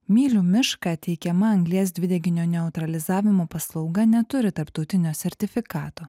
myliu mišką teikiama anglies dvideginio neutralizavimo paslauga neturi tarptautinio sertifikato